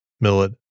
millet